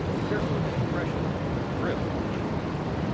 be careful with the compression rings they're brittle and can break.